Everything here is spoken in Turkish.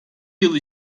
yıl